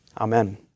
Amen